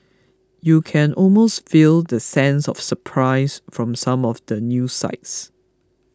you can almost feel the sense of surprise from some of the news sites